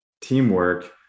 teamwork